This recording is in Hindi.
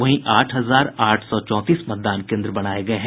वहीं आठ हजार आठ सौ चौंतीस मतदान केन्द्र बनाये गये हैं